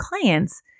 clients